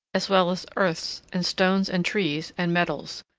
as well as earths, and stones, and trees, and metals,